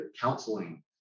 counseling